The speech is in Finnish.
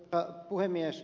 arvoisa puhemies